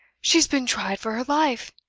she's been tried for her life!